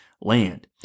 land